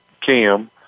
Cam